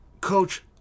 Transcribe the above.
coach